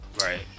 right